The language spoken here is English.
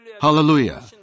Hallelujah